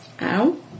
Ow